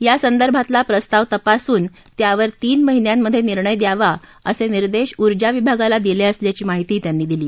यासंदर्भातला प्रस्ताव तपासून त्यावर तीन महिन्यांमध्ये निर्णय द्यावा असे निर्देश उर्जा विभागाला दिले असल्याची माहितीही त्यांनी दिली